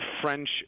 French